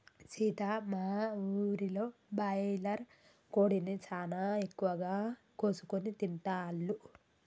సీత మా ఊరిలో బాయిలర్ కోడిని సానా ఎక్కువగా కోసుకొని తింటాల్లు